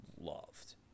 loved